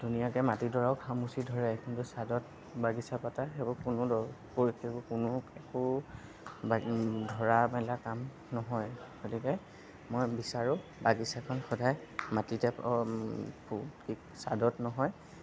ধুনীয়াকে মাটিডৰাও খামুচি ধৰে কিন্তু ছাদত বাগিচা পাতা সেইবোৰ কোনো সেইবোৰ কোনো একো ধৰা মেলাৰ কাম নহয় গতিকে মই বিচাৰোঁ বাগিচাখন সদায় মাটিতে ছাদত নহয়